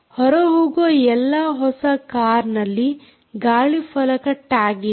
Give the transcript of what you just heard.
ಹೊರಹೋಗುವ ಎಲ್ಲಾ ಹೊಸ ಕಾರ್ನಲ್ಲಿ ಗಾಳಿಫಲಕ ಟ್ಯಾಗ್ ಇದೆ